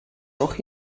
auch